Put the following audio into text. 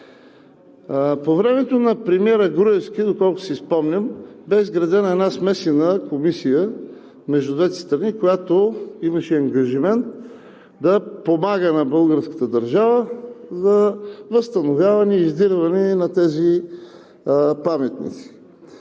По времето на премиера Груевски, доколкото си спомням, бе изградена смесена комисия между двете страни, която имаше ангажимент да помага на българската държава за възстановяване и издирване на тези паметници.